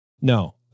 No